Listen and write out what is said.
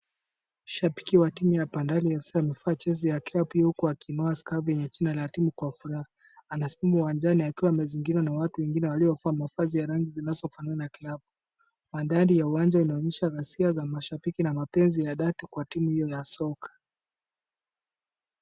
Shabiki wa timu ya Bandari f c amevaa jezi ya klabu huku akiinua sakafu yenye jina ya timu kwa furaha . Ana simu uwanjani akiwa amezingirwa na watu wengine waliovaa mavazi ya rangi zinazofanana klabu. Mandhari ya uwanja inaonyesha ghasia za mashabiki na mapenzi ya dhati kwa timu hiyo ya soka.